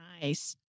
Nice